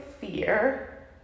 fear